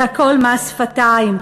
זה הכול מס שפתיים.